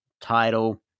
title